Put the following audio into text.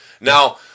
Now